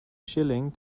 shilling